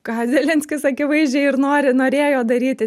ką zelenskis akivaizdžiai ir nori norėjo daryti